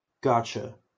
Gotcha